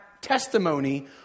testimony